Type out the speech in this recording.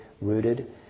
rooted